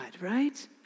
right